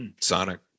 Sonic